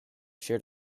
shared